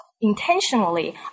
intentionally